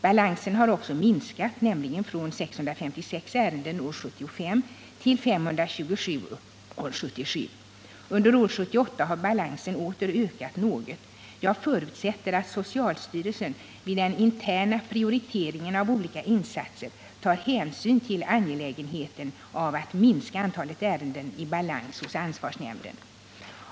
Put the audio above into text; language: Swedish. Balansen har också minskat, nämligen från 656 ärenden år 1975 till 527 år 1977. Under år 1978 har balansen åter ökat något. Jag förutsätter att socialstyrelsen vid den interna prioriteringen av olika insatser tar hänsyn till angelägenheten av att minska antalet ärenden i balans hos ansvarsnämnden.